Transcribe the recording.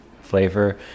flavor